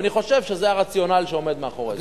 ואני חושב שזה הרציונל שעומד מאחורי זה.